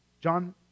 John